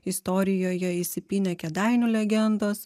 istorijoje įsipynė kėdainių legendos